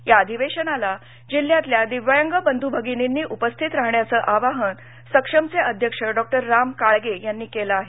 या अधिवेशनाला जिल्ह्यातल्या दिव्यांग बंधू भगिनीनी उपस्थित राहण्याचं आवाहन सक्षमचे अध्यक्ष डॉ राम काळगे यांनी केलं आहे